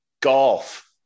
golf